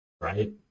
right